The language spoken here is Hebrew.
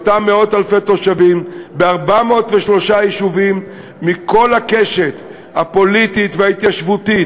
לאותם מאות-אלפי תושבים ב-403 יישובים מכל הקשת הפוליטית וההתיישבותית.